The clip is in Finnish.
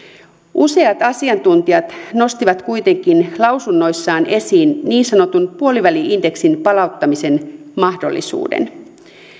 useat asiantuntijat nostivat kuitenkin lausunnoissaan esiin niin sanotun puoliväli indeksin palauttamisen mahdollisuuden